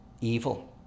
evil